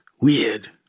weird